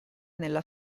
nella